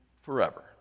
forever